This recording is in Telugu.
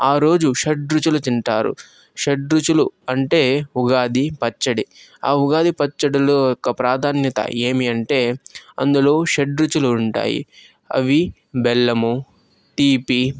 ఆరోజు షడ్రుచులు తింటారు షడ్రుచులు అంటే ఉగాది పచ్చడి ఆ ఉగాది పచ్చడిలో యొక్క ప్రాధాన్యత ఏమి అంటే అందులో షడ్రుచులు ఉంటాయి అవి బెల్లము తీపి